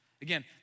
Again